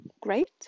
great